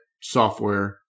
software